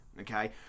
Okay